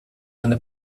eine